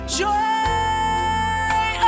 joy